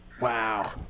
Wow